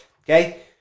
Okay